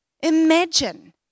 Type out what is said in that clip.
imagine